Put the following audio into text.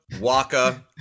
waka